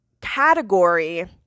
category